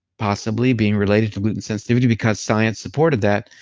possibly being related to gluten sensitivity because science supported that,